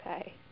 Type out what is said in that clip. Okay